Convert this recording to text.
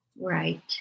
Right